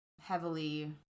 Heavily